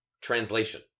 Translation